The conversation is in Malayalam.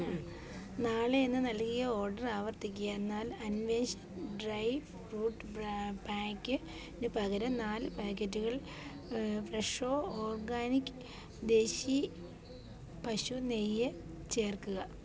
നാളെ ഇന്ന് നൽകിയ ഓർഡർ ആവർത്തിക്കുക എന്നാൽ അൻവേശൻ ഡ്രൈ ഫ്രൂട്ട് പ്രാ പാക്കിനു പകരം നാല് പാക്കറ്റുകൾ ഫ്രെഷോ ഓർഗാനിക് ദേശി പശു നെയ്യ് ചേർക്കുക